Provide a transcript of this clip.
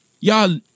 y'all